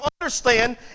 understand